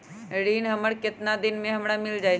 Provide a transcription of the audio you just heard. ऋण हमर केतना दिन मे हमरा मील जाई?